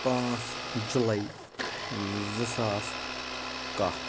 پانٛژھ جُلَے زٕ ساس کَہہ